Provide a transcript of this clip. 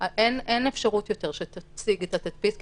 אין אפשרות יותר שתציג את התדפיס,